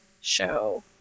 show